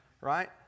right